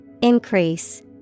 Increase